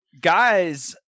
guys